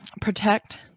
protect